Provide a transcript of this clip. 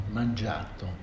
mangiato